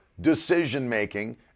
decision-making